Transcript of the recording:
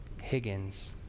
Higgins